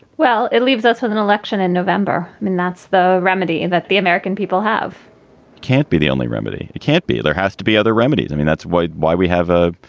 well, it leaves us with an election in november. i mean, that's the remedy that the american people have can't be the only remedy. it can't be. there has to be other remedies. i mean, that's why why we have a.